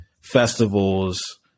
festivals